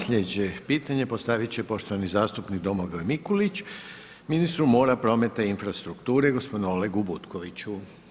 Slijedeće pitanje postavit će poštovani zastupnik Domagoj Mikulić ministru Mora, prometa i infrastrukture gospodinu Olegu Butkoviću.